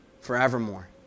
Forevermore